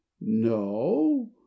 No